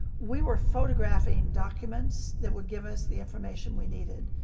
we were photographing documents that would give us the information we needed.